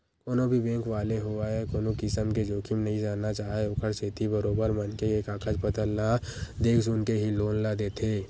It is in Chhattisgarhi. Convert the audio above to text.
कोनो भी बेंक वाले होवय कोनो किसम के जोखिम नइ सहना चाहय ओखरे सेती बरोबर मनखे के कागज पतर ल देख सुनके ही लोन ल देथे